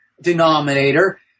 denominator